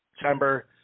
september